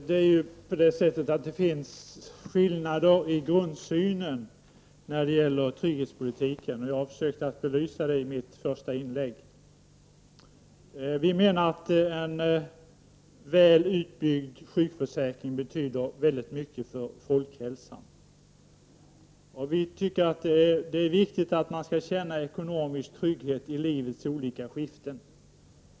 Herr talman! Det finns skillnader i grundsynen på trygghetspolitiken, och jag försökte belysa det i mitt första inlägg. Vi socialdemokrater menar att en väl utbyggd sjukförsäkring betyder väldigt mycket för folkhälsan. Det är viktigt att människor kan känna ekonomisk trygghet i livets olika skiften.